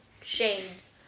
shades